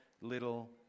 little